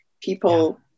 People